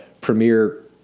premier